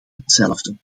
hetzelfde